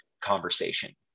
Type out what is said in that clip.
conversation